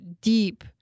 deep